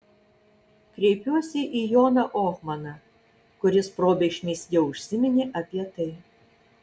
kreipiuosi į joną ohmaną kuris probėgšmais jau užsiminė apie tai